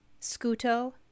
scuto